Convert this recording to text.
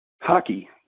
hockey